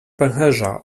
pęcherza